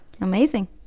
amazing